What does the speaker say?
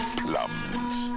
plums